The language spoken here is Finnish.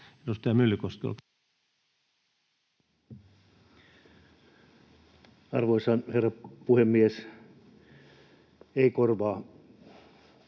Edustaja Myllykoski, olkaa hyvä. Arvoisa herra